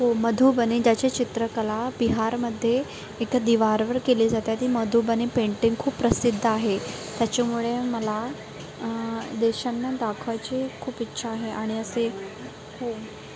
हो मधुबनी ज्याची चित्रकला बिहारमध्ये इथं दिवारवर केली जाते ती मधुबनी पेंटिंग खूप प्रसिद्ध आहे त्याच्यामुळे मला देशांना दाखवायची खूप इच्छा आहे आणि असे हो